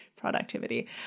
productivity